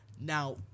Now